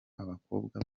abakobwa